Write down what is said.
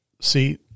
See